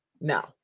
no